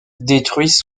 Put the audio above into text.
détruisent